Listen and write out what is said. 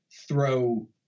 throw